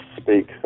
speak